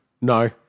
No